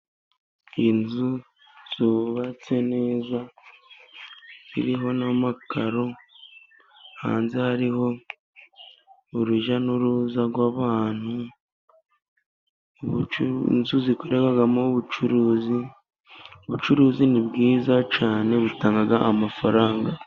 Inzu zubatse neza ziriho n'amakaro, hanze hariho urujya n'uruza rw'abantu. Inzu zikorerwamo ubucuruzi, ubucuruzi ni bwiza cyane butanga amafaranga.